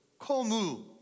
komu